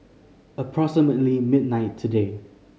approximately midnight today